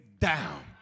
down